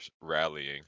rallying